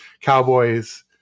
cowboys